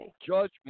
judgment